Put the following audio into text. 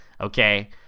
okay